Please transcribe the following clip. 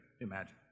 imagine